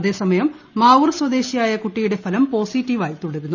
അതേസമയം മാവൂർ സ്വദേശിയായ കുട്ടിയുടെ ഫലം പോസിറ്റീവായി തുടരുന്നു